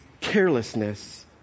carelessness